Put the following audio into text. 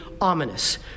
ominous